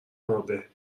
مرده